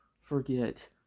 forget